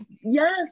Yes